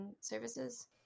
services